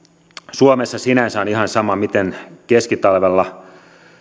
suomessa sinänsä on ihan sama miten keskitalvella